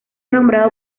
nombrado